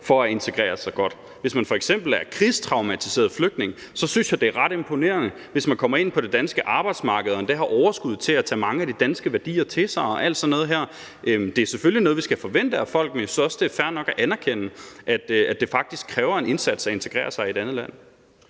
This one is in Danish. for at integrere sig godt. Hvis man f.eks. er krigstraumatiseret flygtning, synes jeg, det er ret imponerende, hvis man kommer ind på det danske arbejdsmarked og endda har overskud til at tage mange af de danske værdier til sig og alt sådan noget. Det er selvfølgelig noget, vi skal forvente af folk, men jeg synes også, det er fair nok at anerkende, at det faktisk kræver en indsats at integrere sig i et andet land.